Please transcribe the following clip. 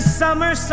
summer